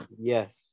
Yes